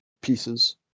pieces